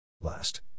Last